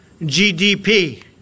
GDP